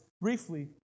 briefly